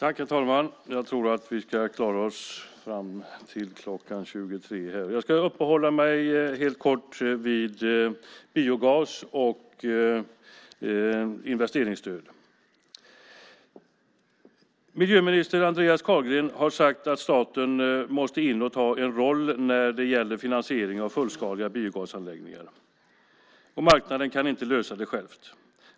Herr talman! Jag ska helt kort uppehålla mig vid biogas och investeringsstöd. Miljöminister Andreas Carlgren har sagt att staten måste in och ta en roll när det gäller finansiering av fullskaliga biogasanläggningar och att marknaden inte kan lösa det själv.